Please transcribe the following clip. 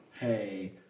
hey